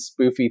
spoofy